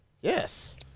yes